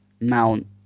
Mount